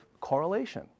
correlation